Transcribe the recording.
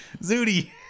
Zooty